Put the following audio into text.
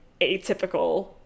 atypical